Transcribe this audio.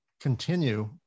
continue